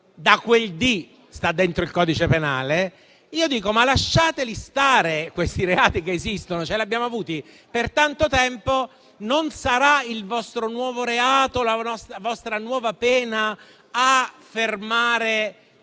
da quel dì è previsto dal codice penale, io dico di lasciar stare questi reati che esistono: li abbiamo avuti per tanto tempo e non sarà il vostro nuovo reato o la vostra nuova pena a fermare